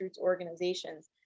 organizations